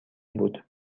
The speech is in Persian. بود